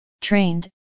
trained